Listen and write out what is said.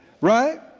right